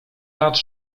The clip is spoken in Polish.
lat